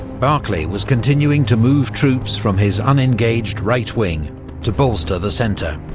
barclay was continuing to move troops from his unengaged right wing to bolster the centre.